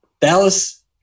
Dallas